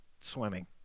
swimming